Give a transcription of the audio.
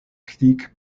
clinique